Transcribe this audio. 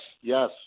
yes